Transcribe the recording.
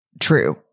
true